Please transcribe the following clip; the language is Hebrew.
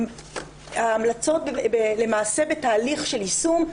ההמלצות נמצאות למעשה בתהליך של יישום,